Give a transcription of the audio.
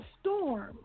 storm